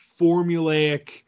formulaic